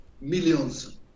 millions